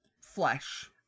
flesh